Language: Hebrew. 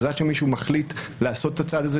עד שמישהו מחליט לעשות את הצעד הזה,